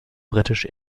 britisch